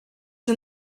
was